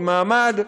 עם מעמד,